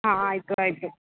ಹಾಂ ಆಯಿತು ಆಯಿತು